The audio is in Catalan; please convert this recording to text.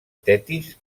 tetis